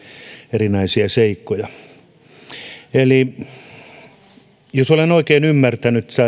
erinäisiä seikkoja jos olen oikein ymmärtänyt